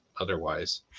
otherwise